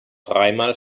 dreimal